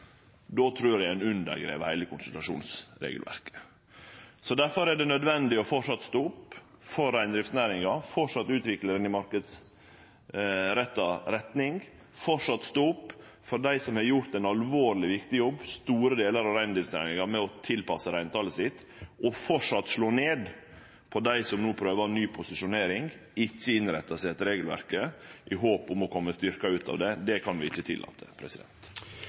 trur eg ein undergrev heile konsultasjonsregelverket. Difor er det framleis nødvendig å stå opp for reindriftsnæringa, framleis utvikle ho i marknadsretta retning, framleis stå opp for dei som har gjort ein alvorleg viktig jobb – store delar av reindriftsnæringa – ved å tilpasse reintalet sitt, og framleis slå ned på dei som no prøver ny posisjonering og ikkje innrettar seg etter regelverket, med von om å kome styrkte ut av det. Det kan vi ikkje tillate.